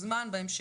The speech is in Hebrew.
אור.